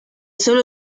suele